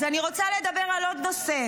אז אני רוצה לדבר על עוד נושא,